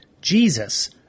Jesus